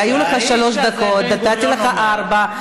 היו לך שלוש דקות, נתתי לך ארבע.